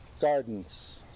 Gardens